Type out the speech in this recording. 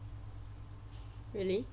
really